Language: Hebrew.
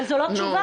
אבל זו לא תשובה.